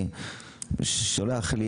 מישהו שולח לי